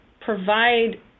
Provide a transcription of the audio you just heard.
provide